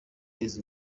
izi